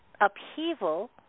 upheaval